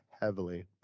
heavily